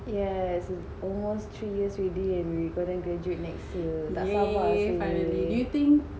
yes it almost three years already and we are gonna graduate next year tak sabar rasanya